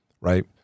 right